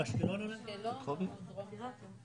יושב-ראש איגוד ערים שרון-כרמל,